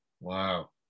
Wow